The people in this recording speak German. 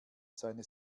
seine